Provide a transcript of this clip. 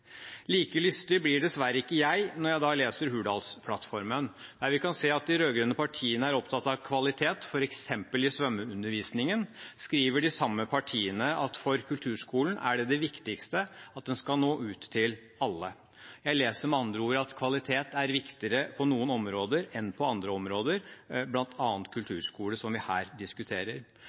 Like lystig blir jeg dessverre ikke når jeg leser Hurdalsplattformen. Der vi kan se at de rød-grønne partiene er opptatt av kvalitet f.eks. i svømmeundervisningen, skriver de samme partiene at for kulturskolen er det det viktigste at den skal nå ut til alle. Jeg leser med andre ord at kvalitet er viktigere på noen områder enn på andre områder, bl.a. kulturskole, som vi her diskuterer.